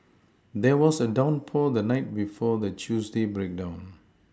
there was a downpour the night before the Tuesday breakdown